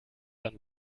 dann